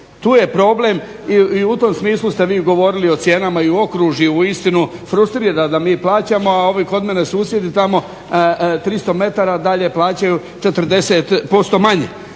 Tu je problem i u tom smislu ste vi govorili o cijenama i u okružju. Uistinu frustrira da mi plaćamo, a ovi kod mene susjedi tamo tristo metara dalje plaćaju 40% manje.